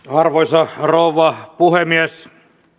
arvoisa rouva puhemies